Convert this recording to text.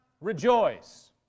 rejoice